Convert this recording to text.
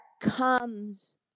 comes